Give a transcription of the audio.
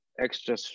extra